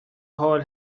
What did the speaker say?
hole